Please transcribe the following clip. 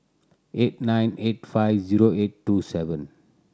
eight nine eight five zero eight two seven